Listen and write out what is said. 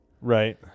Right